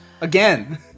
Again